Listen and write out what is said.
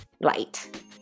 light